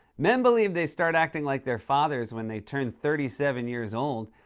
men believe they start acting like their fathers when they turn thirty seven years old.